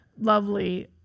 lovely